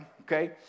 Okay